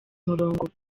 murongo